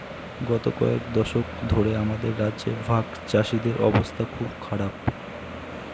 গত কয়েক দশক ধরে আমাদের রাজ্যে ভাগচাষীদের অবস্থা খুব খারাপ